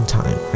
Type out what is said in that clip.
time